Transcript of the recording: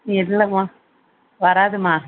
இல்லைமா வராதுமா